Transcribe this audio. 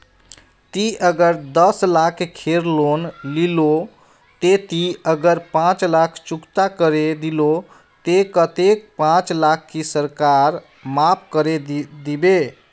ती अगर दस लाख खेर लोन लिलो ते ती अगर पाँच लाख चुकता करे दिलो ते कतेक पाँच लाख की सरकार माप करे दिबे?